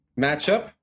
matchup